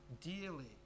dearly